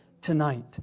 tonight